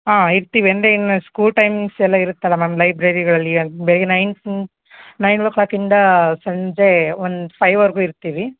ಹಾಂ ಇರ್ತೀವಿ ಅಂದರೆ ಇನ್ನು ಸ್ಕೂಲ್ ಟೈಮಿಂಗ್ಸ್ ಎಲ್ಲ ಇರುತ್ತಲ್ಲ ಮ್ಯಾಮ್ ಲೈಬ್ರರಿಗಳಲ್ಲಿ ಅದು ಬೆಳಿಗ್ಗೆ ನೈನ್ ನೈನ್ ಓ ಕ್ಲಾಕಿಂದ ಸಂಜೆ ಒಂದು ಫೈವರೆಗೂ ಇರ್ತೀವಿ